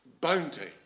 bounty